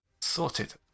Sorted